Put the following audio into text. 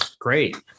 Great